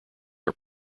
are